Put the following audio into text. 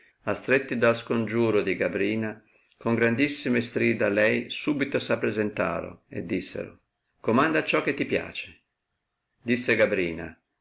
astretti dal scongiuro di gabrina con grandissime strida a lei subito s appresentaro e dissero comanda ciò che ti piace disse gabrina